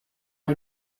die